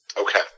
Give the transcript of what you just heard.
Okay